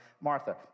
Martha